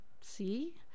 see